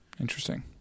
interesting